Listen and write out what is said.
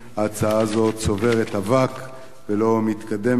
ההצעה הזו צוברת אבק ולא מתקדמת,